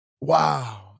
Wow